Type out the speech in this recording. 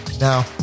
Now